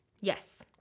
Yes